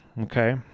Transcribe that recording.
Okay